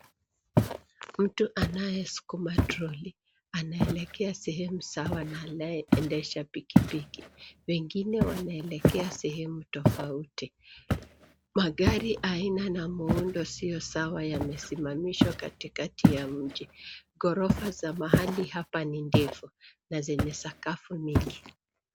Mtu anayesukuma trolley ,anaelekea sehemu sawa na anayeendesha pikipiki. Pengine wanaelekea sehemu tofauti. Magari aina na muundo sio sawa yamesimamishwa katikati ya mji. Ghorofa za mahali hapa ni ndefu na zenye sakafu mingi.